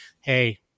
hey